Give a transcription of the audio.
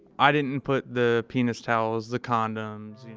i didn't put the penis towels, the condoms, you know.